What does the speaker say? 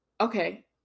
okay